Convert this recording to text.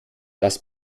das